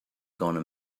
gonna